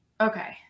okay